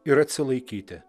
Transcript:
ir atsilaikyti